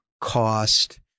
cost